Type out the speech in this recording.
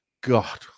God